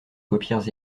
paupières